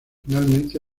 finalmente